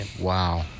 Wow